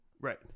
right